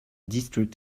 district